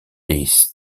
est